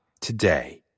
today